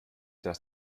dass